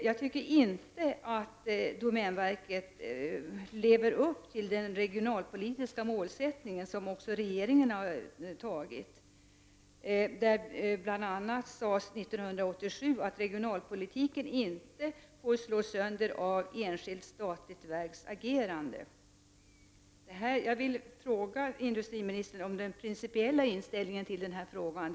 Jag tycker inte att domänverket lever upp till den regionalpolitiska målsättning som även regeringen har antagit. Det sades bl.a. 1987 att regionalpolitik inte får slås sönder av ett enskilt statligt verks agerande. Jag vill veta industriministerns principiella inställning i frågan.